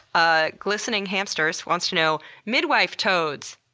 ah glistening hamsters wants to know midwife toads,